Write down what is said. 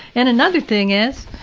and another thing is.